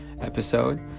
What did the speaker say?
episode